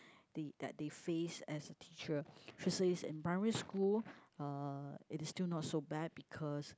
the that they face as a teacher she says in primary school uh it is still not so bad because